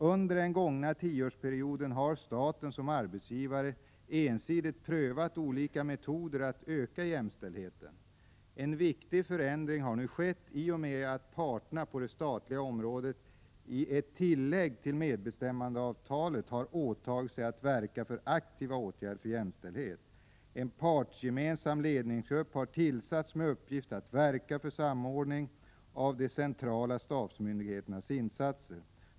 Under den gångna tioårsperioden har staten som arbetsgivare ensidigt prövat olika metoder att öka jämställdheten. En viktig förändring har nu skett i och med att parterna på det statliga området — i ett tillägg till medbestämmandeavtalet — har åtagit sig att verka för aktiva åtgärder för jämställdheten. En partsgemensam ledningsgrupp har tillsatts med uppgift bl.a. att verka för samordning av de centrala stabsmyndigheternas insatser.